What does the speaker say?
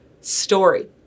story